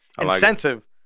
incentive